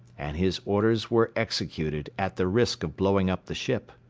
and his orders were executed at the risk of blowing up the ship.